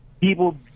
people